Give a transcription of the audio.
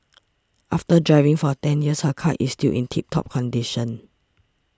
after driving for ten years her car is still in tip top condition